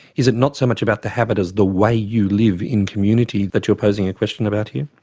is it not so much about the habit as the way you live in community that you're posing a question about here?